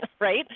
Right